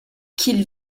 qu’il